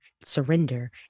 surrender